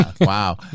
Wow